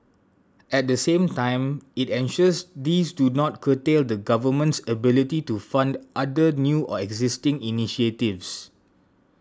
at the same time it ensures these do not curtail the Government's ability to fund other new or existing initiatives